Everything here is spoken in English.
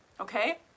Okay